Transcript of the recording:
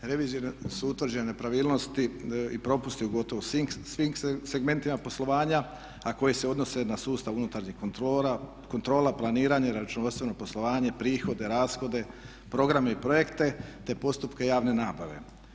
Revizijom su utvrđene nepravilnosti i propusti u gotovo svim segmentima poslovanja, a koji se odnose na sustav unutarnjih kontrola, planiranje, računovodstveno poslovanje, prihode, rashode, programe i projekte te postupke javne nabave.